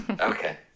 Okay